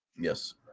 Yes